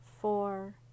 four